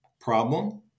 problem